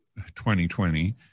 2020